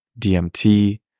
DMT